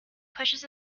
pushes